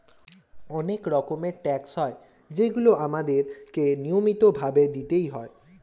অনেক রকমের ট্যাক্স হয় যেগুলো আমাদের কে নিয়মিত ভাবে দিতেই হয়